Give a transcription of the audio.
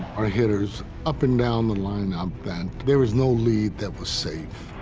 our hitters up and down the lineup that there was no lead that was safe.